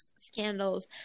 scandals